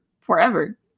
forever